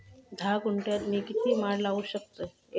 धा गुंठयात मी किती माड लावू शकतय?